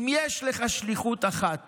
אם יש לך שליחות אחת